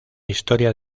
historia